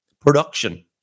production